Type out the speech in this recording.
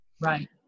Right